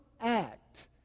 act